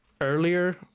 earlier